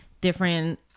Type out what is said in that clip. different